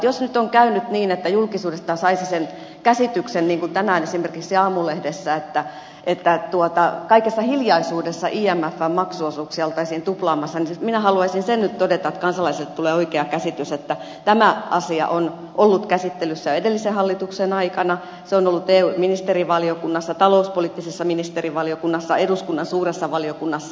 jos nyt on käynyt niin että julkisuudesta saisi sen käsityksen niin kuin tänään oli esimerkiksi aamulehdessä että kaikessa hiljaisuudessa imfn maksuosuuksia oltaisiin tuplaamassa niin minä haluaisin sen nyt todeta niin että kansalaisille tulee oikea käsitys että tämä asia on ollut käsittelyssä jo edellisen hallituksen aikana se on ollut eu ministerivaliokunnassa talouspoliittisessa ministerivaliokunnassa eduskunnan suuressa valiokunnassa